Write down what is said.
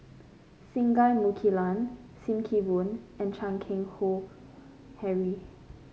Singai Mukilan Sim Kee Boon and Chan Keng Howe Harry